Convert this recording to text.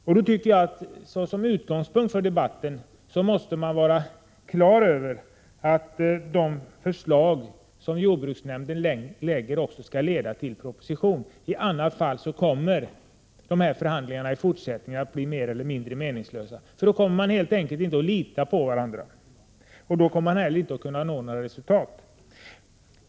Om dessa förhandlingar i fortsättningen skall bli meningsfulla tycker jag att man bör ha som grundsats att det förslag jordbruksnämnden lägger fram också skall bli propositionens förslag. Annars kommer man i fortsättningen inte att lita på varandra och inte nå några resultat.